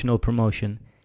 promotion